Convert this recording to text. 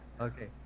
Okay